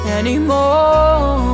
anymore